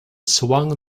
swung